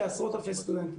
לעשרות אלפי סטודנטים,